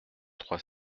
trois